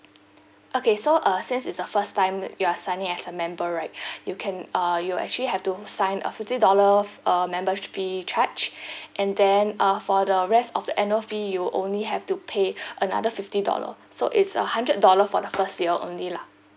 okay so uh since it's the first time you are signing as a member right you can uh you actually have to sign a fifty dollar uh member fee charge and then uh for the rest of the annual fee you only have to pay another fifty dollar so it's a hundred dollar for the first year only lah